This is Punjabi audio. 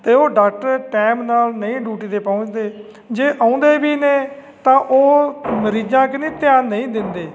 ਅਤੇ ਉਹ ਡਾਕਟਰ ਟਾਇਮ ਨਾਲ ਨਹੀਂ ਡਿਊਟੀ 'ਤੇ ਪਹੁੰਚਦੇ ਜੇ ਆਉਂਦੇ ਵੀ ਨੇ ਤਾਂ ਉਹ ਮਰੀਜ਼ਾਂ ਕਨੀ ਧਿਆਨ ਨਹੀਂ ਦਿੰਦੇ